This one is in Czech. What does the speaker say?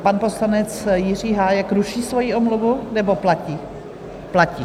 Pan poslanec Jiří Hájek ruší svoji omluvu, nebo platí?